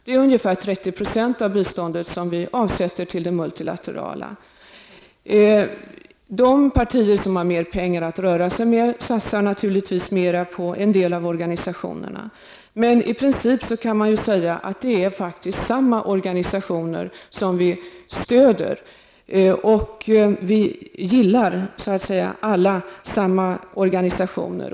Det är ungefär 30 % av biståndet som vi avsätter till det multilaterala biståndet. De partier som har mer pengar att röra sig med satsar naturligtvis mer på en del av organisationerna. Men i princip kan man säga att det faktiskt är samma organisationer som vi stöder. Och vi gillar så att säga samma organisationer.